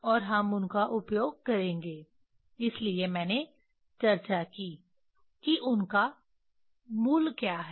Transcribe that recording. और हम उनका उपयोग करेंगे इसलिए मैंने चर्चा की कि उनका मूल क्या है